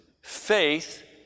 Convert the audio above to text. faith